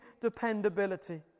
dependability